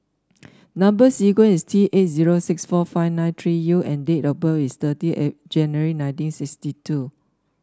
number sequence is T eight zero six four five nine three U and date of birth is thirty January nineteen sixty two